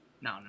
no